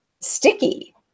sticky